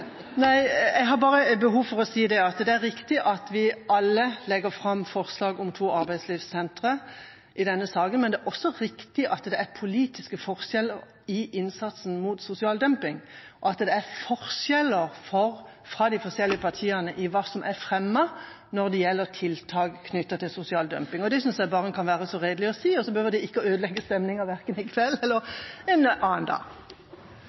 nei. Under psevdonymet Bård Hoksrud har Kari Henriksen bedt om ordet. Jeg har i hvert fall gjort mitt for å få opp den gode stemningen igjen. Jeg har bare behov for å si at det er riktig at vi alle legger fram forslag om to arbeidslivssenter i denne saken, men det er også riktig at det er politiske forskjeller i innsatsen mot sosial dumping, og at det er forskjeller med hensyn til hva de forskjellige partiene har fremmet når det gjelder tiltak knyttet til sosial dumping. Det synes jeg man kan være så redelig å si, og så